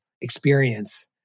experience